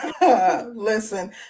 Listen